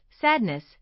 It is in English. sadness